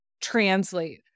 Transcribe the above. translate